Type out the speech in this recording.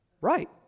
Right